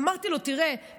אמרתי לו: תראה,